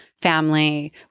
family